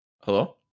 Hello